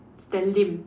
Mister Lim